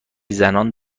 زنان